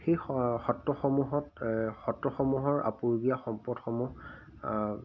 সেই সত্ৰসমূহত সত্ৰসমূহৰ আপুৰুগীয়া সম্পদসমূহ